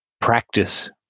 practice